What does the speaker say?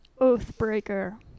Oathbreaker